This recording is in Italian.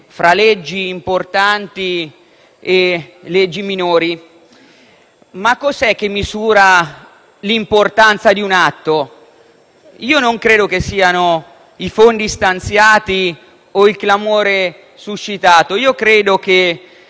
tra leggi importanti e leggi minori. Cos'è che misura, però, l'importanza di un atto? Non credo siano i fondi stanziati o il clamore suscitato. Credo che